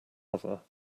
other